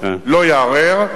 לא יערער,